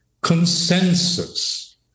consensus